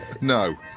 No